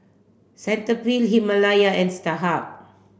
Cetaphil Himalaya and Starhub